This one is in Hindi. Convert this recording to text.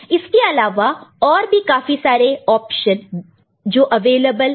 इसके अलावा और भी काफी सारे ऑप्शन जो अवेलेबल है